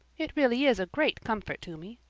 it really is a great comfort to me.